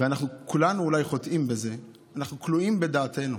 וכולנו אולי חוטאים בזה, אנחנו כלואים בדעתנו,